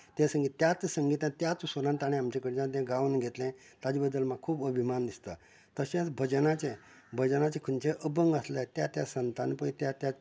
तें संगीत त्याच संगीतांत त्याच सुरांत तांणे आमचे कडल्यान ते गांवन घेतलें ताचे बद्दल म्हाका खूब अभिमान दिसता तशेंच भजनाचें भजनांचें खंयचे अभंग आसलें त्या त्या संतान पय त्या त्या